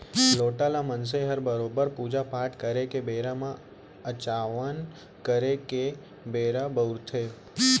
लोटा ल मनसे हर बरोबर पूजा पाट करे के बेरा म अचावन करे के बेरा बउरथे